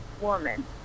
woman